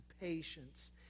patience